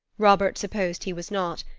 robert supposed he was not,